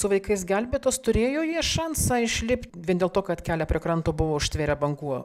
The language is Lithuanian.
su vaikais gelbėtos turėjo jie šansą išlipt vien dėl to kad kelią prie kranto buvo užtvėrę bangų